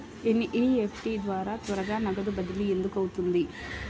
NEFT ద్వారా త్వరగా నగదు బదిలీ ఎందుకు అవుతుంది?